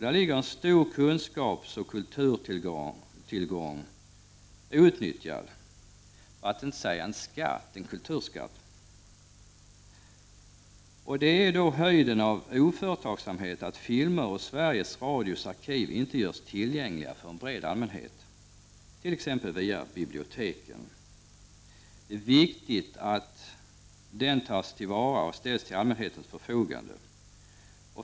Där ligger en stor kunskapsoch kulturtillgång, för att inte säga en kulturskatt, outnyttjad. Det är höjden av oföretagsamhet att filmer vid Sveriges Radios arkiv inte görs tillgängliga för en bred allmänhet, t.ex. via biblioteken. Det är viktigt att den här tillgången tas till vara och ställs till allmänhetens förfogande.